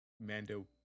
Mando